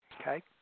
Okay